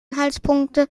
anhaltspunkte